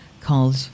called